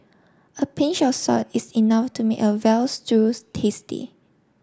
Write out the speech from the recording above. a pinch of salt is enough to make a veal stew tasty